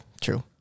true